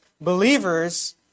believers